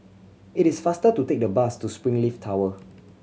it is faster to take the bus to Springleaf Tower